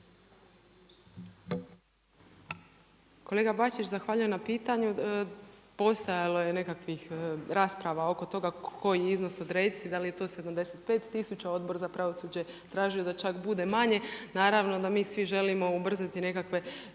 Kolega Bačić, zahvaljujem na pitanju. Postojalo je nekakvih rasprava oko toga koji iznos odrediti, da li je to 75 tisuća, Odbor za pravosuđe je tražio da čak bude manje, naravno da mi svi želimo ubrzati nekakve